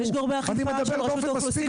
אני מדבר באופן מספיק ברור.